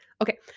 okay